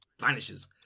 vanishes